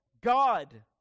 God